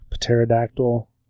pterodactyl